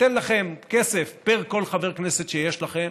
ניתן לכם כסף פר כל חבר כנסת שיש לכם,